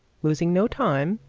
losing no time,